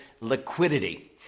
liquidity